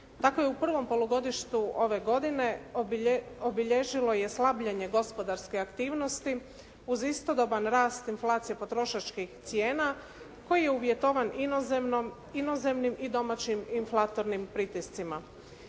Tako je u prvom polugodištu ove godine obilježilo je slabljenje gospodarske aktivnosti uz istodoban rast inflacije potrošačkih cijena koji je uvjetovan inozemnim i domaćim inflatornim pritiscima.